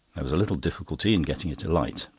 there was a little difficulty in getting it alight.